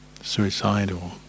suicidal